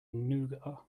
nougat